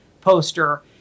poster